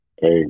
Hey